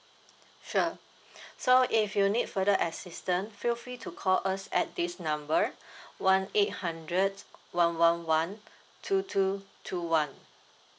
sure so if you need further assistance feel free to call us at this number one eight hundred one one one two two two one